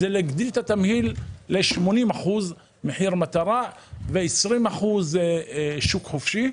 היא להגדיל את התמהיל ל-80 אחוזים מחיר מטרה ו-20 אחוזים שוק חופשי.